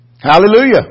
Hallelujah